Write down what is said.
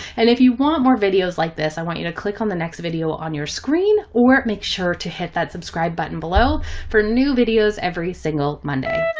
and if you want more videos like this, i want you to click on the next video on your screen, or it makes sure to hit that subscribe button below for new videos every single monday.